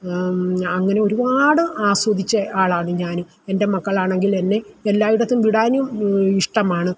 അങ്ങനെ ഒരുപാട് ആസ്വാദിച്ച ആളാണ് ഞാനും എൻ്റെ മക്കളാണെങ്കിൽ എന്നെ എല്ലായിടത്തും വിടാനും ഇഷ്ടമാണ്